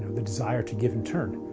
the desire to give in turn.